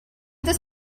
this